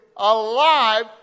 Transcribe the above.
Alive